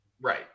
Right